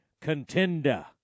contender